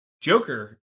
Joker